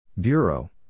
Bureau